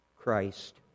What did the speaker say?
Christ